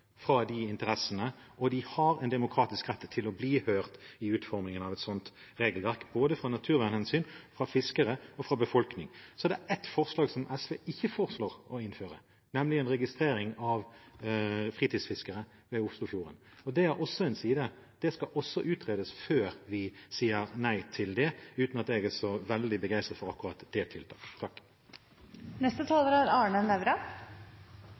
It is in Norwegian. fra interessene, og de har en demokratisk rett til å bli hørt i utformingen av et sånt regelverk, både av naturvernhensyn, fra fiskere og fra befolkningen. Så er det ett forslag som SV ikke foreslår å innføre, nemlig en registrering av fritidsfiskerne ved Oslofjorden. Det er også en side – det skal også utredes før vi sier nei til det, uten at jeg er så veldig begeistret for akkurat det tiltaket. Det er vel ganske åpenbart at jeg er